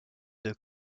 deux